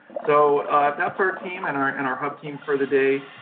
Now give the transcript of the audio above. so that's our team and our and our hub team for the day.